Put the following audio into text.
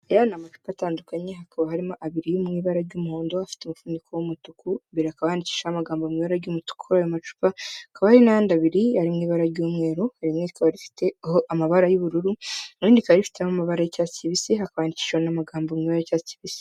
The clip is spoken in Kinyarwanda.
Aya ni amacupa atandukanye hakaba harimo abiri mu ibara ry'umuhondo afite umufuniko w'umutuku, imbere hakaba yahandishaho amagambo mu iba ry'umutuku kuri ayo amacupa, hakaba hari n' ayandi abiri ari mu ibara ry'umweru, rimwe rikaba rifiteho amabara y'ubururu irindi rikaba rifiteho amaba y'icyatsi, hakaba handikishijeho amagambo mu ibara ry'icyatsi kibisi.